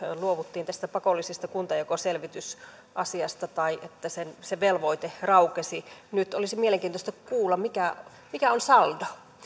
luovuttiin tästä pakollisesta kuntajakoselvitysasiasta että se velvoite raukesi nyt olisi mielenkiintoista kuulla mikä mikä on saldo